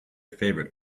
favorite